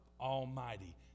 Almighty